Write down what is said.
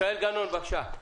ישראל גנון, בבקשה.